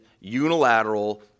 unilateral